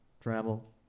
Travel